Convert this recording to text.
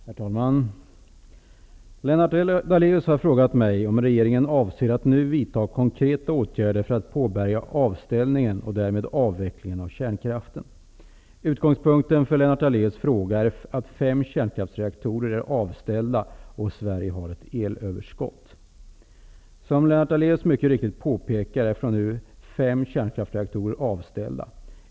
Herr talman! Lennart Daléus har frågat mig om regeringen avser att nu vidta konkreta åtgärder för att påbörja avställningen och därmed avvecklingen av kärnkraften. Utgångspunkten för Lennart Daléus fråga är att fem kärnkraftsreaktorer är avställda och att Sverige har ett elöverskott. Som Lennart Daléus mycket riktigt påpekar är fem kärnkraftsreaktorer för närvarande avställda.